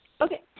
Okay